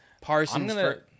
Parsons